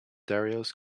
darius